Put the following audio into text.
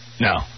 No